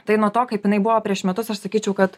tai nuo to kaip jinai buvo prieš metus aš sakyčiau kad